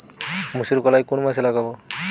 মুসুরকলাই কোন মাসে লাগাব?